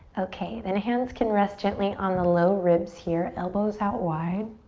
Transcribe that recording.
okay, then hands can rest gently on the low ribs here. elbows out wide.